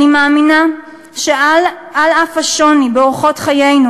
אני מאמינה שעל אף השוני באורחות חיינו,